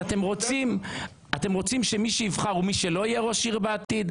אז אתם רוצים שמי שיבחר הוא מי שלא יהיה ראש העיר בעתיד?